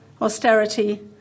austerity